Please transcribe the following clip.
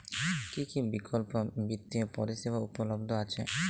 কী কী বিকল্প বিত্তীয় পরিষেবা উপলব্ধ আছে?